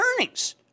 earnings